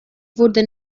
wurde